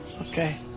Okay